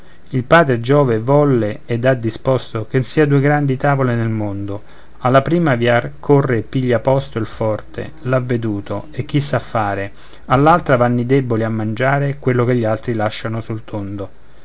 il padre giove volle ed ha disposto che sian due grandi tavole nel mondo alla prima via corre piglia posto il forte l'avveduto e chi sa fare all'altra vanno i deboli a mangiare quello che gli altri lasciano sul tondo